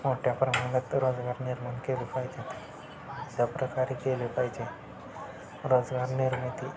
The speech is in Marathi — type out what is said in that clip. मोठ्या प्रमानात रोजगार निर्माण केली पाहिजेत ज्या प्रकारे केली पाहिजे रोजगार निर्मिती